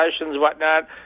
whatnot